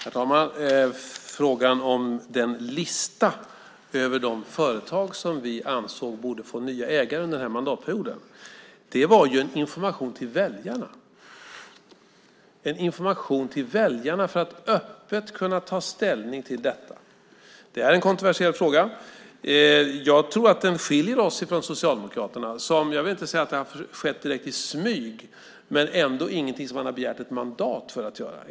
Herr talman! Listan över de företag som vi ansåg borde få nya ägare under den här mandatperioden var en information till väljarna, för att de öppet skulle kunna ta ställning till detta. Det är en kontroversiell fråga. Jag tror att den skiljer oss från Socialdemokraterna. Jag vill inte säga att det har skett direkt i smyg, men det är ingenting som man har begärt ett mandat för att göra.